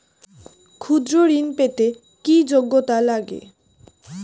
ক্ষুদ্র ঋণ পেতে কি যোগ্যতা লাগে?